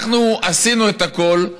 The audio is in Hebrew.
אנחנו עשינו את הכול,